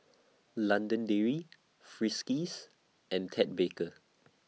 London Dairy Friskies and Ted Baker